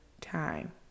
time